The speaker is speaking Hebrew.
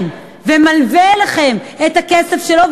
שמלווה לכם את הכסף שלו,